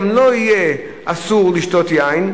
גם לו יהיה אסור לשתות יין,